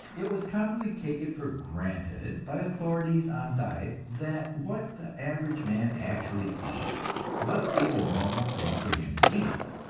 it was commonly taken for granted by authorities on diet that what the average man actually eats must be the normal thing for him to eat.